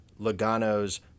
Logano's